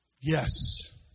Yes